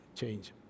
change